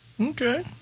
Okay